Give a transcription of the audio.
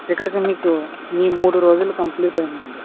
ఇక్కడికి మీకు మీ మూడు రోజులు కంప్లీట్ అయ్యింది అండి